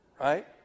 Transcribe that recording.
Right